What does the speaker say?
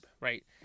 right